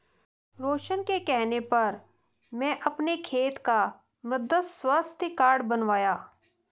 रोशन के कहने पर मैं अपने खेत का मृदा स्वास्थ्य कार्ड बनवाया